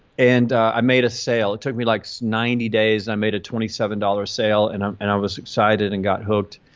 and i made a sale. it took me like so ninety days and i made a twenty seven dollars sale. and um and i was excited and got hooked,